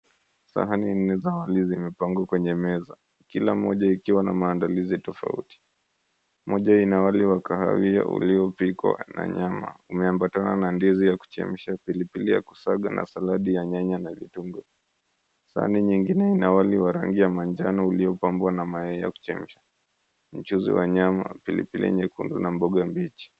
Sahani nne za wali zimepangwa kwenye meza kila moja ikiwa na maandalizi tofauti. Moja ina wali wa kahawia uliopikwa na nyama umeambatana na ndizi ya kuchemsha pilipili ya kusaga na saladi ya nyanya na vitunguu. Sahani nyingine ina wali wa rangi ya manjano uliopambwa na mayai ya kuchemsha, mchuzi wa nyama, pilipili nyekundu na mboga mbichi.